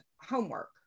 homework